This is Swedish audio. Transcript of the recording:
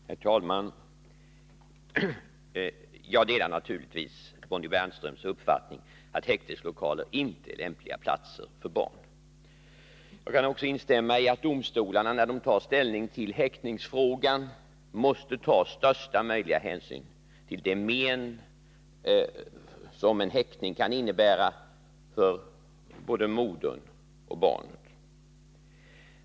Herr talman! Jag delar naturligtvis Bonnie Bernströms uppfattning att häkteslokaler inte är lämpliga platser för barn. Jag kan också instämma i att domstolarna, när de tar ställning till häktesfrågan, måste ta största möjliga hänsyn till de men som en häktning kan innebära för både modern och barnet.